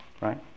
right